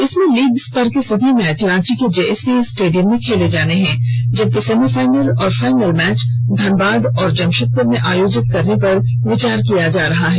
इसमें लीग स्तर के सभी मैच रांची के जेएससीए स्टेडियम में खेले जाएंगे जबकि सेमीफाइनल और फाइनल मैच धनबाद और जमशेदपुर में आयोजित करने पर विचार किया जा रहा है